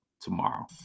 tomorrow